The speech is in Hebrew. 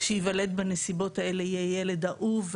שייוולד בנסיבות האלה יהיה ילד אהוב,